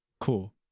cool